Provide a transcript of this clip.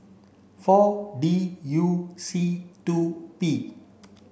four D U C two P